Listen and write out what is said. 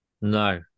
No